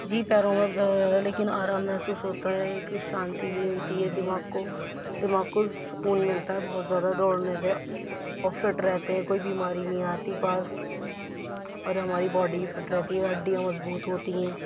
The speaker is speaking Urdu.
جی پیروں میں درد رہتا ہے لیکن آرام محسوس ہوتا ہے کہ شانتی سی ملتی ہے دماغ کو دماغ کو سکون ملتا ہے بہت زیادہ دوڑنے سے اور فٹ رہتے ہیں کوئی بیماری نہیں آتی پاس اور ہماری باڈی فٹ رہتی ہے اور ہڈیاں مضبوط ہوتی ہیں